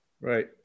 Right